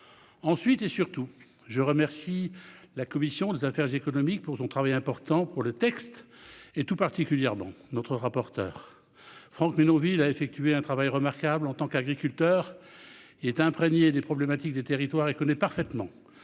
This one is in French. Ensuite, je remercie la commission des affaires économiques pour son important labeur sur le texte et tout particulièrement son rapporteur, Franck Menonville, qui a effectué un travail remarquable. En tant qu'agriculteur, il est imprégné des problématiques des territoires et connaît parfaitement